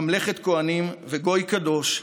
ממלכת כוהנים וגוי קדוש,